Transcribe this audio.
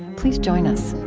please join us